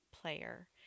player